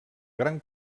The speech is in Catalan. gran